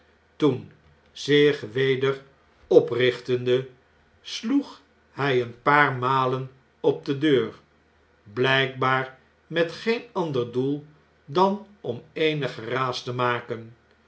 toen zich weder oprichtende sloeg bjj een paar malen op de deur blpbaar met geen ander doel dan om eenig geraas te maken